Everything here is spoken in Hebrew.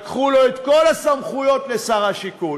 לקחו לו את כל הסמכויות, לשר השיכון,